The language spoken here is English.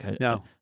No